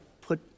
put